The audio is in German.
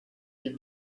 die